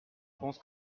pense